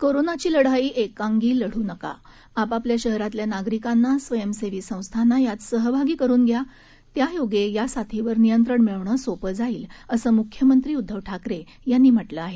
कोरोनाची लढाई एकांगी लढू नका आपापल्या शहरांतल्या नागरिकांना स्वयंसेवी संस्थाना यात सहभागी करून घ्या त्यायोगे या साथीवर नियंत्रण मिळवणं सोपं जाईल असं मृख्यमंत्री उद्दव ठाकरे यांनी म्हटलं आहे